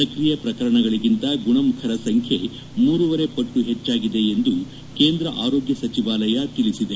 ಸಕ್ರಿಯ ಪ್ರಕರಣಗಳಿಗಿಂತ ಗುಣಮುಖರ ಸಂಖ್ಯೆ ಮೂರೂವರೆ ಪಟ್ಟು ಹೆಚ್ಚಾಗಿದೆ ಎಂದು ಕೇಂದ್ರ ಆರೋಗ್ಯ ಸಚಿವಾಲಯ ತಿಳಿಸಿದೆ